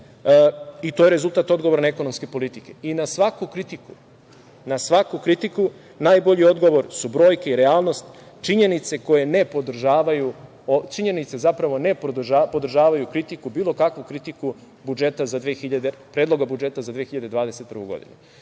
To je rezultat odgovorne ekonomske politikeNa svaku kritiku najbolji odgovor su brojke i realnost, činjenice ne podržavaju kritiku, bilo kakvu kritiku predloga budžeta za 2021. godinu. Kada